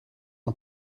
een